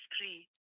three